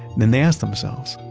then they asked themselves,